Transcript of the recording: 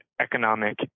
economic